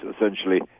essentially